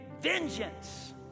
vengeance